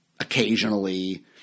Occasionally